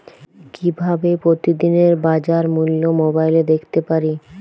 কিভাবে প্রতিদিনের বাজার মূল্য মোবাইলে দেখতে পারি?